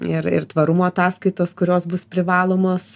ir ir tvarumo ataskaitos kurios bus privalomos